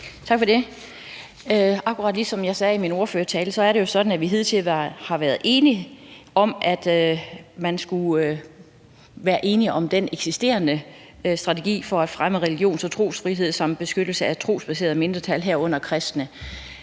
Tak for det. Akkurat som jeg sagde i min ordførertale, har det jo hidtil været sådan, at vi skulle være enige om den eksisterende strategi for at fremme religions- og trosfrihed samt beskyttelse af trosbaserede mindretal, herunder kristne.